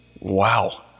Wow